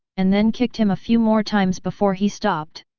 and then kicked him a few more times before he stopped.